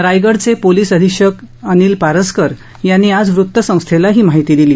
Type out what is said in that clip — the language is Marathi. रायगडचे पोलिस अधिक्षक अनिल पारसकर यांनी आज वृत्तसंस्थेला ही माहिती दिली